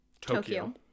Tokyo